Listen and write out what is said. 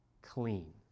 clean